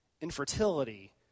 Infertility